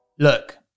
Look